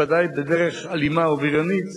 בוודאי בדרך אלימה ובריונית,